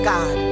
God